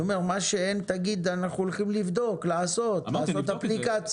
שאין תגיד: אנחנו הולכים לבדוק, לעשות אפליקציה,